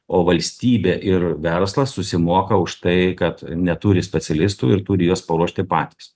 o valstybė ir verslas susimoka už tai kad neturi specialistų ir turi juos paruošti patys